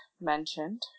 mentioned